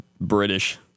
British